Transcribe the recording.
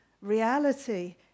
Reality